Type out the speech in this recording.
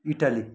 Italy